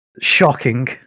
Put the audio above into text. Shocking